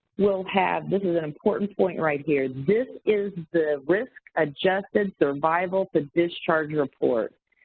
will have, this is an important point right here, this is the risk-adjusted survival to discharge report.